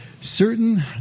certain